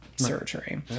Surgery